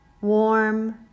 warm